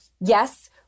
yes